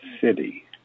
city